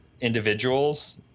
individuals